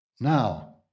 Now